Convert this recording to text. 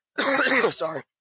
Sorry